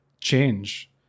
change